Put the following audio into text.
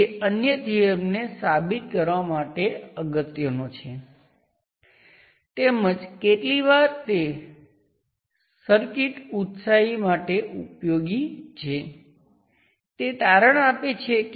તેથી આ સર્કિટમાં મોડ્યુલ છે